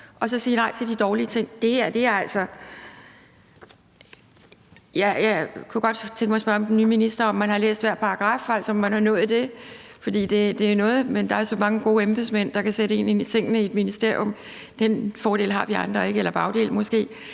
kan sige nej til de dårlige ting. Jeg kunne godt tænke mig at spørge den nye minister om, om man har læst hver paragraf – om man har nået det. Der er så mange gode embedsmænd, der kan sætte en ind i tingene i et ministerium. Den fordel – eller bagdel måske